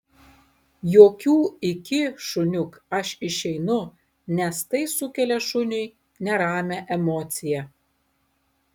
jokių iki šuniuk aš išeinu nes tai sukelia šuniui neramią emociją